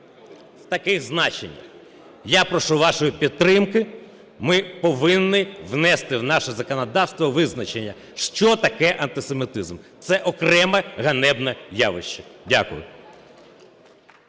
в таких значеннях. Я прошу вашої підтримки, ми повинні внести в наше законодавство визначення, що таке антисемітизм. Це окреме ганебне явище. Дякую.